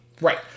Right